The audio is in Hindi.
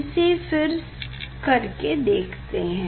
इसे फिर कर के देख सकते हैं